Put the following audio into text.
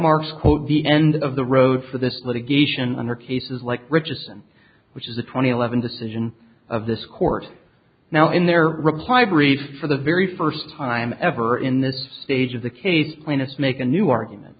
marks quote the end of the road for this litigation under cases like richardson which is the twenty eleven decision of this court now in their reply brief for the very first time ever in this stage of the case plaintiffs make a new argument